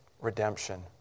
redemption